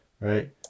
Right